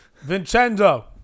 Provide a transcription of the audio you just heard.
Vincenzo